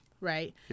right